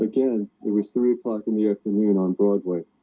again, it was three o'clock in the afternoon on broadway